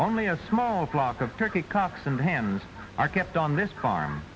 only a small flock of turkey cocks and hands are kept on this